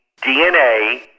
DNA